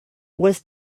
was